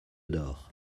d’or